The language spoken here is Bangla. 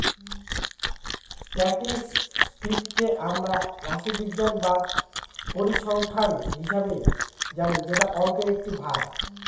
স্ট্যাটিসটিককে আমরা রাশিবিজ্ঞান বা পরিসংখ্যান হিসাবে জানি যেটা অংকের একটি ভাগ